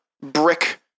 brick